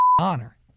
honor